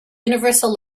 universal